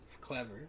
Clever